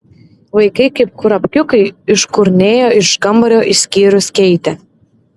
vaikai kaip kurapkiukai iškurnėjo iš kambario išskyrus keitę